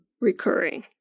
recurring